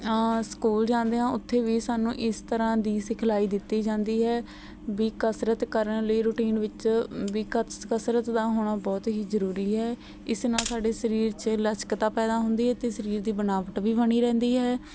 school ਜਾਂਦੇ ਹਾਂ ਉੱਥੇ ਵੀ ਸਾਨੂੰ ਇਸ ਤਰ੍ਹਾਂ ਦੀ ਸਿਖਲਾਈ ਦਿੱਤੀ ਜਾਂਦੀ ਹੈ ਵੀ ਕਸਰਤ ਕਰਨ ਲਈ ਰੂਟੀਨ ਵਿੱਚ ਵੀ ਕਸ ਕਸਰਤ ਦਾ ਹੋਣਾ ਬਹੁਤ ਹੀ ਜ਼ਰੂਰੀ ਹੈ ਇਸ ਨਾਲ ਸਾਡੇ ਸਰੀਰ 'ਚ ਲਚਕਤਾ ਪੈਦਾ ਹੁੰਦੀ ਏ ਅਤੇ ਸਰੀਰ ਦੀ ਬਣਾਵਟ ਵੀ ਬਣੀ ਰਹਿੰਦੀ ਹੈ